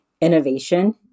innovation